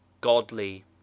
godly